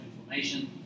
inflammation